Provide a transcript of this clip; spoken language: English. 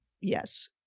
Yes